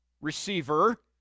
receiver